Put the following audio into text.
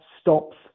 stops